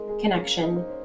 connection